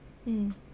mm